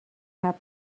had